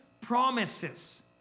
promises